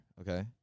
okay